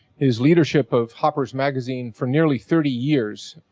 his leadership of harper's magazine for nearly thirty years